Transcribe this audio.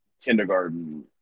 kindergarten